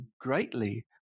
greatly